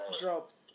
drops